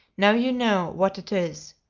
now you know what it is.